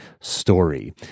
story